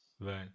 Right